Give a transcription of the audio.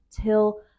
till